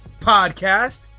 Podcast